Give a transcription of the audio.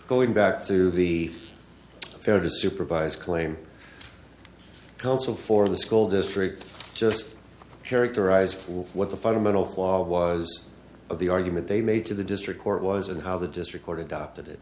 going back to the fair to supervise claim counsel for the school district just characterize what the fundamental flaw was of the argument they made to the district court was and how the district court adopted it